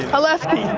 aleska,